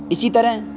اسی طرح